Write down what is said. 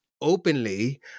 openly